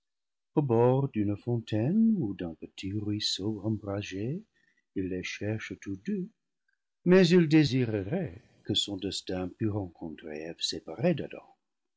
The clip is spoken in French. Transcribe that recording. bord d'une fontaine ou d'un petit ruisseau ombragé il les cherche tous deux mais il désirerait que son destin